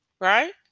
right